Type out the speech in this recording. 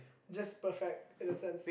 just perfect in a sense